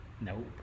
Nope